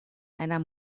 einer